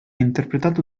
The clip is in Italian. interpretato